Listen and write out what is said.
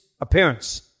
appearance